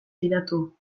fidatu